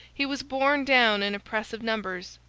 he was borne down in a press of numbers,